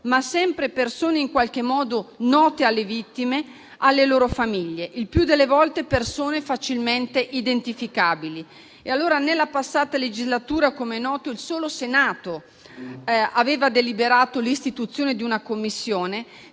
sempre persone in qualche modo note alle vittime e alle loro famiglie, il più delle volte persone facilmente identificabili. Nella precedente legislatura, com'è noto, il solo Senato aveva deliberato l'istituzione di una Commissione